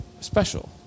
special